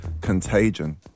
Contagion